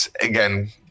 again